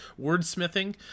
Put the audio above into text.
wordsmithing